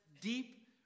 deep